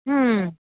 ह्